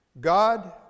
God